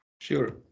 sure